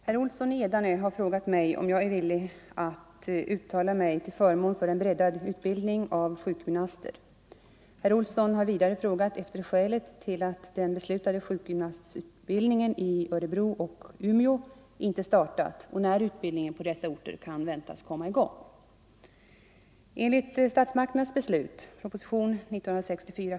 Herr talman! Herr Olsson i Edane har frågat mig om jag är villig att uttala mig till förmån för en breddad utbildning av sjukgymnaster. Herr Olsson har vidare frågat efter skälet till att den beslutade sjukgymnastutbildningen i Örebro och Umeå inte startat och när utbildningen på dessa orter kan väntas komma i gång.